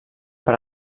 per